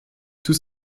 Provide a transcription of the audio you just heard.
tout